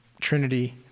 Trinity